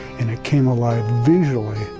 and, it came alive visually,